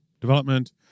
development